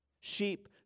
Sheep